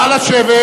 נא לשבת